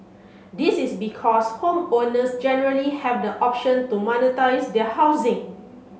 this is because homeowners generally have the option to monetise their housing